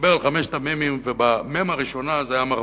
שדיבר על חמשת המ"מים, והמ"ם הראשונה זה היה מרפא.